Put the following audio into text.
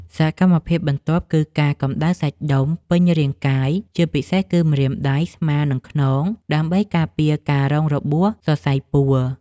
សកម្មភាពបន្ទាប់គឺការកម្ដៅសាច់ដុំពេញរាងកាយ ជាពិសេសគឺម្រាមដៃ ស្មា និងខ្នង ដើម្បីការពារការរងរបួសសរសៃពួរ។